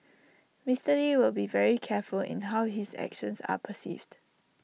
Mister lee will be very careful in how his actions are perceived